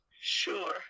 sure